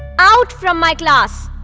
out from my class.